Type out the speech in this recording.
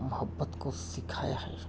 محبت کو سکھایا ہے